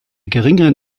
geringeren